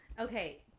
Okay